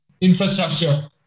infrastructure